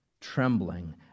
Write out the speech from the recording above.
trembling